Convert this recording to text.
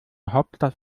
hauptstadt